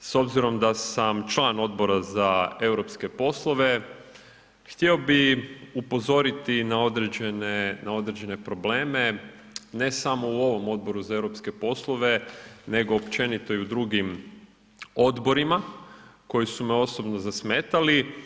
S obzirom da sam član Odbora za europske poslove htio bih upozoriti na određene probleme, ne samo u ovome Odboru za europske poslove nego općenito i u drugim odborima koji su me osobno zasmetali.